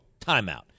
timeout